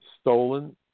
stolen